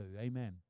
Amen